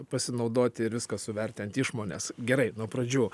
pasinaudoti ir viską suverti ant išmonės gerai nuo pradžių